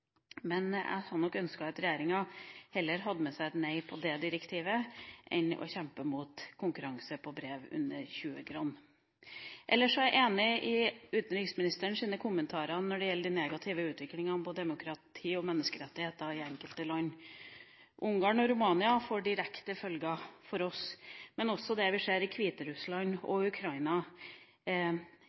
Jeg hadde nok ønsket at regjeringa heller hadde med seg et nei til det direktivet enn å kjempe mot konkurranse på brev under 20 gram. Ellers er jeg enig i utenriksministerens kommentarer når det gjelder den negative utviklinga innen demokrati og menneskerettigheter i enkelte land. Utviklinga i Ungarn og Romania får direkte følger for oss, men også det vi ser i Hviterussland og i Ukraina,